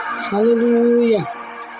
Hallelujah